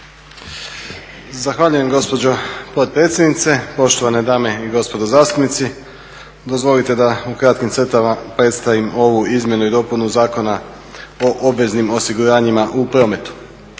Zahvaljujem gospođo potpredsjednice, poštovane dame i gospodo zastupnici. Dozvolite da u kratkim crtama predstavim ovu Izmjenu i dopunu zakona o obveznim osiguranjima u prometu.